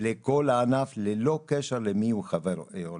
לכל הענף וללא קשר למיהו חבר או לא.